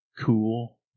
cool